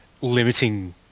limiting